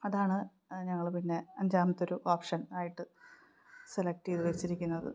അതാണ് ഞങ്ങള് പിന്നെ അഞ്ചാമത്തെയൊരു ഓപ്ഷൻ ആയിട്ട് സെലക്ട് ചെയ്തുവെച്ചിരിക്കുന്നത്